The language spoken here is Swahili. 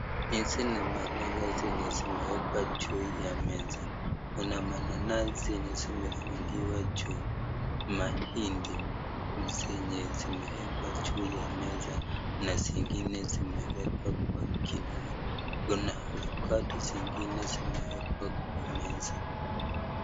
Hizi ni malenge zenye zimewekwa juu ya meza kuna mananasi zenye zimefungiwa juu mahindi zenye zimewekwa juu ya meza na zingine zimewekwa kwa gunia kuna avocado zingine zimewekwa kwa meza.